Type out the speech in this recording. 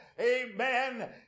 amen